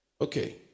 Okay